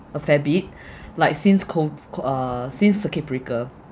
a fair bit like since cov~ co~ uh since circuit breaker